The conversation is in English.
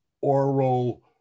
oral